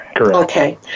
Okay